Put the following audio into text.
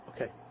okay